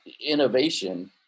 innovation